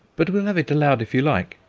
but we'll have it aloud if you like.